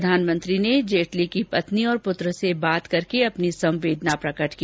प्रधानमंत्री ने अरुण जेटली की पत्नी और पुत्र से बात करके अपनी संवेदना प्रकट की